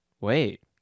Wait